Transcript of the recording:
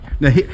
Now